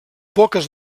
poques